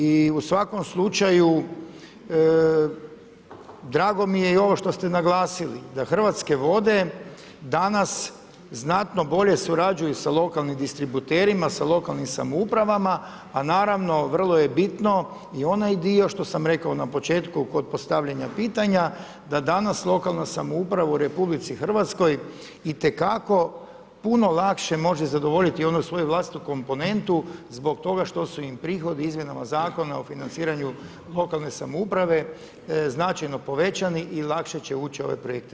I u svakom slučaju drago mi je i ovo što ste naglasili da Hrvatske vode danas znatno bolje surađuju sa lokalnim distributerima, sa lokalnim samoupravama, a naravno vrlo je bitno, i onaj dio što sam rekao na početku kod postavljanja pitanja, da danas lokalna samouprava u RH itekako puno lakše može zadovoljiti onu svoju vlastitu komponentu zbog toga što su im prihodi o izmjenama zakona o financiranju lokalne samouprave značajno povećani i lakše će ući u ove projekte.